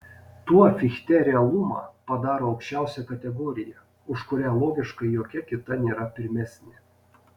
tuo fichte realumą padaro aukščiausia kategorija už kurią logiškai jokia kita nėra pirmesnė